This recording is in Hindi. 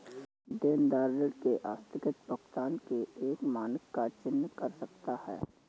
देनदार ऋण के आस्थगित भुगतान के एक मानक का चयन कर सकता है